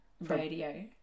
radio